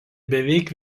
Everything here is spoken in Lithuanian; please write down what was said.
beveik